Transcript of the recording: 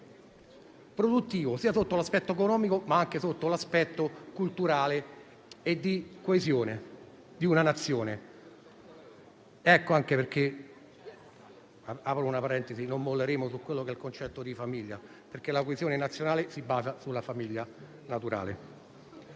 produttivo, sia sotto l'aspetto economico, ma anche sotto quello culturale e di coesione di una Nazione. Per questo, aprendo una parentesi, non molleremo sul concetto di famiglia, perché la coesione nazionale si basa sulla famiglia naturale.